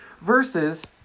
versus